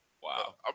wow